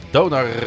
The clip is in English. Donar